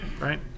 Right